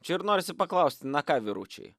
čia ir norisi paklaust na ką vyručiai